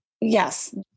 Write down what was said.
Yes